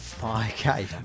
Okay